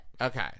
Okay